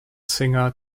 singer